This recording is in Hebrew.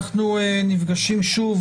אנחנו נפגשים שוב